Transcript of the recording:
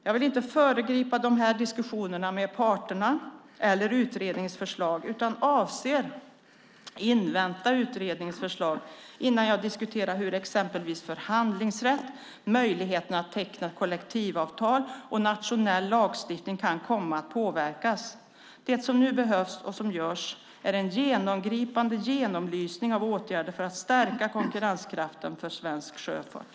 Jag vill inte föregripa dessa diskussioner med parterna eller utredningens förslag, utan avser att invänta utredningens förslag innan jag diskuterar hur exempelvis förhandlingsrätt, möjligheterna att teckna kollektivavtal och nationell lagstiftning kan komma att påverkas. Det som nu behövs och görs är en genomgripande genomlysning av åtgärder för att stärka konkurrenskraften för svensk sjöfart.